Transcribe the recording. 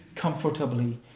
comfortably